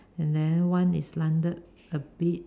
and then one is slanted a bit